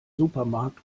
supermarkt